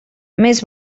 més